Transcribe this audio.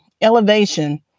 elevation